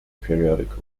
periodical